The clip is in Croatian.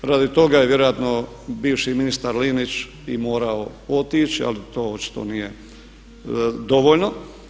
Radi toga je vjerojatno bivši ministar Linić i morao otići, ali to očito nije dovoljno.